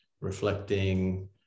reflecting